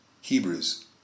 Hebrews